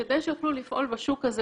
כדי שיוכלו לפעול בשוק הזה,